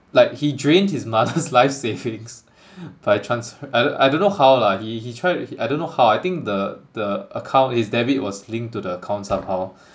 like he drained his mother's life savings by transfe~ I I don't know how lah he he tried I don't know how I think the the account his debit was linked to the account somehow